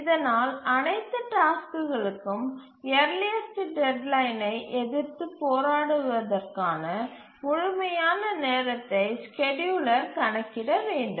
இதனால் அனைத்து டாஸ்க்குகளுக்கும் யர்லியஸ்டு டெட்லைனை எதிர்த்துப் போராடுவதற்கான முழுமையான நேரத்தை ஸ்கேட்யூலர் கணக்கிட வேண்டும்